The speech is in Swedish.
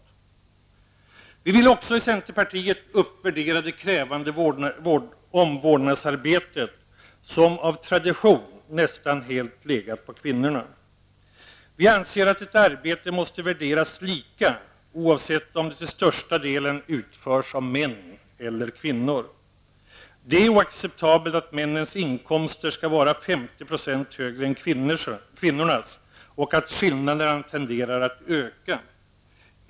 Vi i centerpartiet vill också uppvärdera det krävande omvårdnadsarbetet, som av tradition nästan helt legat på kvinnorna. Vi anser att ett arbete måste värderas lika, oavsett om det till största delen utförs av män eller kvinnor. Det är oacceptabelt att männens inkomster skall vara 50 % högre än kvinnornas och att skillnaden tenderar att öka.